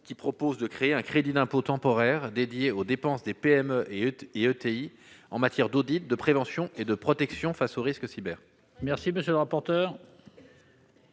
qui tend à créer un crédit d'impôt temporaire dédié aux dépenses des PME et ETI en matière d'audit, de prévention et de protection face aux risques cyber. Quel est l'avis de